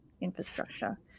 infrastructure